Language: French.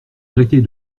arrêter